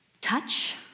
Touch